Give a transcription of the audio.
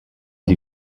die